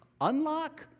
unlock